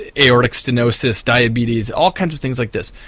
aortic stenosis, diabetes, all kinds of things like this.